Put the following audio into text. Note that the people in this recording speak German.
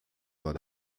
war